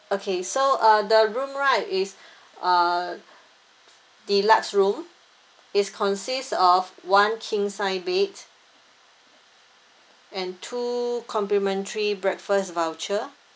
okay so uh the room right is a deluxe room is consist of one king size bed and two complimentary breakfast voucher